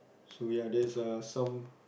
so ya that's uh some